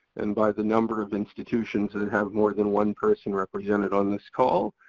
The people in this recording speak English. and by the number of institutions that have more than one person represented on this call,